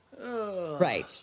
Right